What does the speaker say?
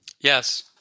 Yes